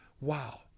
Wow